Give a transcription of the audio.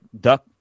duck